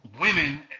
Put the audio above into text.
women